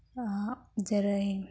जेरै